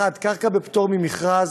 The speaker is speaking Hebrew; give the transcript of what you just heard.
קרקע בפטור ממכרז,